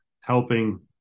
helping